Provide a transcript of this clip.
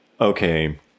okay